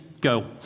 Go